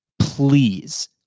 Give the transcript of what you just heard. Please